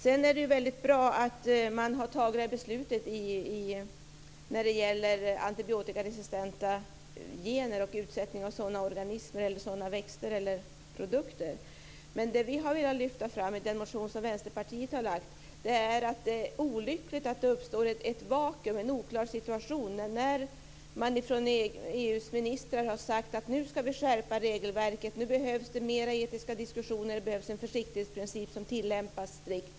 Sedan är det väldigt bra att man har fattat det här beslutet om antibiotikaresistenta gener och utsättningen av sådana organismer, växter och produkter. Men det vi har velat lyfta fram i den motion som Vänsterpartiet har väckt är att det är olyckligt att det uppstår ett vakuum och en oklar situation. EU:s ministrar har sagt att man ska skärpa regelverket och att det behövs fler etiska diskussioner och en försiktighetsprincip som tillämpas strikt.